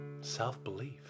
self-belief